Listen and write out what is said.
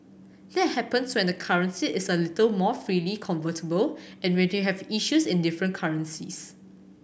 that happens when the currency is a little more freely convertible and when you have issues in different currencies